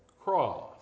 cross